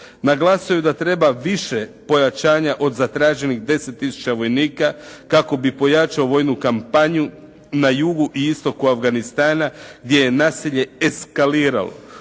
Naglasio je da treba više pojačanja od zatraženih 10 tisuća vojnika kako bi pojačao vojnu kampanju na jugu i istoku Afganistana gdje je nasilje eskaliralo.